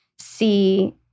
see